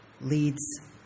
leads